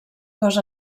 cos